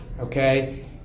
Okay